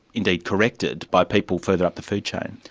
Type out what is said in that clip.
indeed corrected, by people further up the food chain?